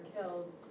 killed